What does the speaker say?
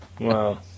Wow